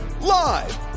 Live